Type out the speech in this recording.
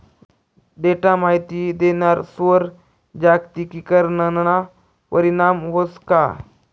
Data माहिती देणारस्वर जागतिकीकरणना परीणाम व्हस का?